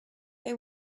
they